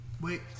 Wait